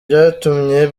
byatumye